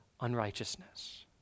unrighteousness